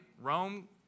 Rome